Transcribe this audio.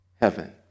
heaven